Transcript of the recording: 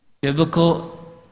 biblical